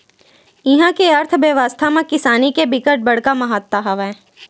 इहा के अर्थबेवस्था म किसानी के बिकट बड़का महत्ता हवय